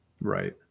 Right